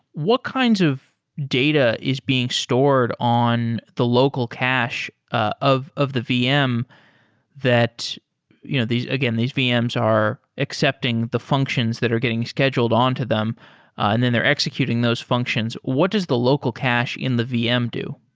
what kinds of data is being stored on the local cache ah of of the vm that you know again, these vm's are accepting the functions that are getting scheduled on to them and then they're executing those functions. what does the local cache in the vm do?